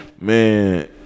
Man